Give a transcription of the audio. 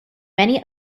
many